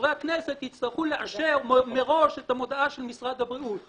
חברי הכנסת יצטרכו לאשר מראש את המודעה של משרד הבריאות.